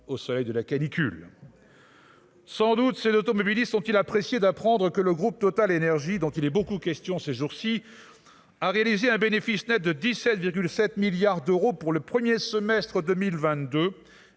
au soleil de la canicule. Sans doute ces d'automobilistes ont-ils apprécié d'apprendre que le groupe Total énergies dont il est beaucoup question ces jours-ci, a réalisé un bénéfice Net de 17,7 milliards d'euros pour le 1er semestre 2022,